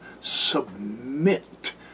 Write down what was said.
submit